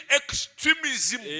extremism